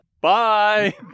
Bye